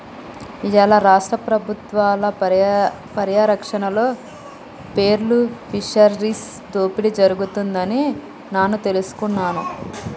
ఇయ్యాల రాష్ట్ర పబుత్వాల పర్యారక్షణలో పేర్ల్ ఫిషరీస్ దోపిడి జరుగుతుంది అని నాను తెలుసుకున్నాను